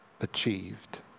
achieved